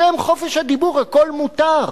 כי להבנתם בשם חופש הדיבור הכול מותר.